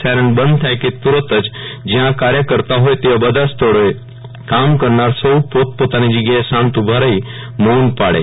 siren બંધ થાય કે તુરંત જ જયાં કાર્ય કરતા હોય તેવા બધા સ્થળોએ કામ કરનાર સૌ પોતપોતાની જગ્યાએ શાંત ઉભા રહી મૌન પાળે